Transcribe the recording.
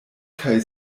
kaj